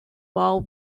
wall